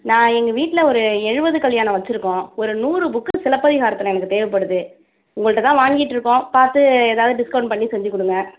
நான் எங்கள் வீட்டில் ஒரு எழுபது கல்யாணம் வச்சுருக்கோம் ஒரு நூறு புக் சிலப்பதிகாரத்தில் எனக்கு தேவைப்படுது உங்கள்கிட்டதான் வாங்கிட்டிருக்கோம் பார்த்து ஏதாவது டிஸ்கவுண்ட் பண்ணி செஞ்சு கொடுங்க